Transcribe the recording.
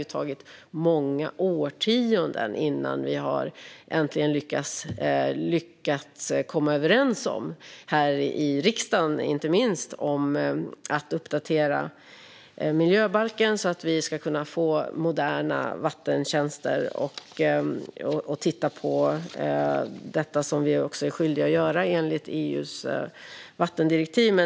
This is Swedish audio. Det tog många årtionden innan vi äntligen lyckades komma överens i inte minst riksdagen om att uppdatera miljöbalken så att vi kan få moderna vattentjänster och titta på det som vi enligt EU:s vattendirektiv är skyldiga att göra.